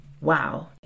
wow